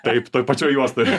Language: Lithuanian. taip toj pačioj juostoj